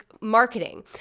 marketing